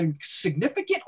significant